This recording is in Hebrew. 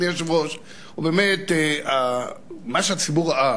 הוא באמת שמה שהציבור ראה